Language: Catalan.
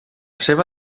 seva